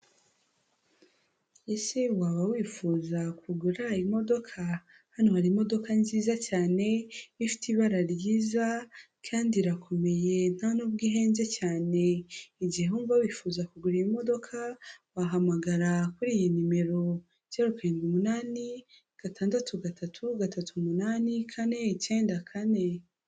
Ese waba wifuza kugura imodoka, hano hari imodoka nziza cyane ifite ibara ryiza kandi irakomeye ntanubwo ihenze cyane, igihe wumva wifuza kugura iyi modoka wahamagara kuri iyi nimero zero karindwi umunane, gatandatu gatatu, gatatu umunane kane, icyenda kane.